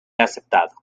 aceptado